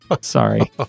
Sorry